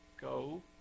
Go